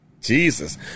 Jesus